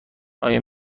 آیا